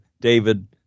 David